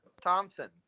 Thompson